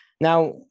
Now